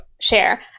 share